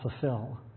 fulfill